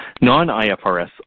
Non-IFRS